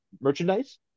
merchandise